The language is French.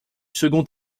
second